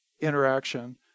interaction